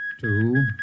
two